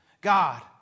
God